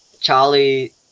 charlie